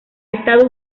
estado